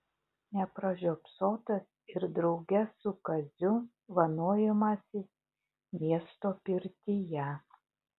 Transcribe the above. nepražiopsotas ir drauge su kaziu vanojimasis miesto pirtyje